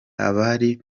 abari